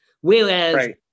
Whereas